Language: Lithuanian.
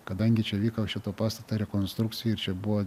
kadangi čia vyko šito pastato rekonstrukcija ir čia buvo